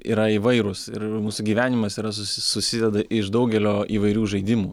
yra įvairūs ir mūsų gyvenimas yra susi susideda iš daugelio įvairių žaidimų